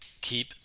keep